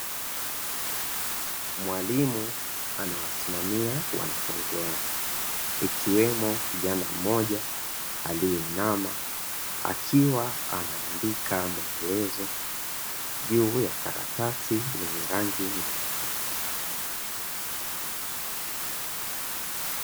Mwalimu anawasimamia wanafunzi wake, ikiwemo kijana mmoja aliyeinama, akiwa anaandika maelezo juu ya karatasi yenye rangi nyeupe.